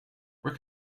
where